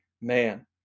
man